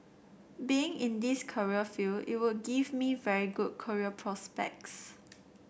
being in this career field it would give me very good career prospects